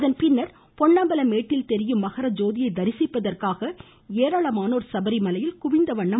அதன்பின்னர் பொன்னம்பலமேட்டில் தெரியும் மகர ஜோதியை தரிசிப்பதற்காக ஏராளமானோர் சபரிமலையில் குவிந்துள்ளனர்